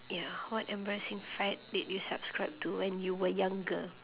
ya what embarrassing fad did you subscribe to when you were younger